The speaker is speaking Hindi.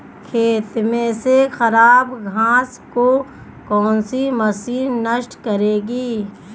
खेत में से खराब घास को कौन सी मशीन नष्ट करेगी?